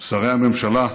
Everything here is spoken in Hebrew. שרי הממשלה,